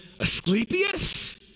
Asclepius